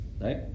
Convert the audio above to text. Right